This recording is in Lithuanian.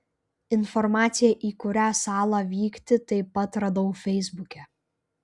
informaciją į kurią salą vykti taip pat radau feisbuke